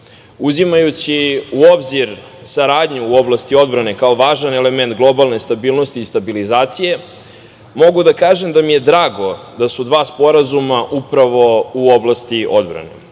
svetu. Uzimajući u obzir saradnju u oblasti odbrane kao važan element globalne stabilnosti i stabilizacije, mogu da kažem da mi je drago da su dva sporazuma upravo u oblasti odbrane.